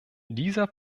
dieser